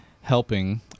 helping